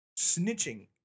snitching